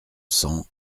cents